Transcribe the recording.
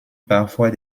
parfois